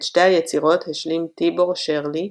את שתי היצירות השלים טיבור שרלי,